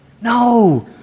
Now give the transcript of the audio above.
No